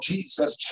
Jesus